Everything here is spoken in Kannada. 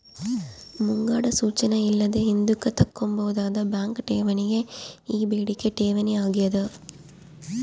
ಮುಂಗಡ ಸೂಚನೆ ಇಲ್ಲದೆ ಹಿಂದುಕ್ ತಕ್ಕಂಬೋದಾದ ಬ್ಯಾಂಕ್ ಠೇವಣಿಯೇ ಈ ಬೇಡಿಕೆ ಠೇವಣಿ ಆಗ್ಯಾದ